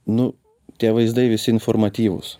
nu tie vaizdai visi informatyvūs